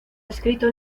escrito